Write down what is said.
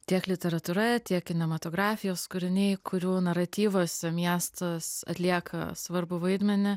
tiek literatūra tiek kinematografijos kūriniai kurių naratyvuose miestas atlieka svarbų vaidmenį